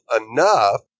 enough